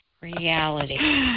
Reality